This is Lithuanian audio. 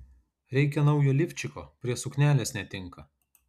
reikia naujo lifčiko prie suknelės netinka